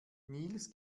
nils